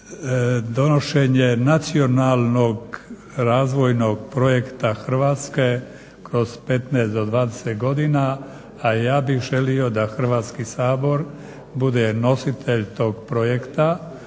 donošenje nacionalnog razvojnog projekta Hrvatske kroz 15 do 20 godina, a ja bih želio da Hrvatski sabor bude nositelj tog projekta,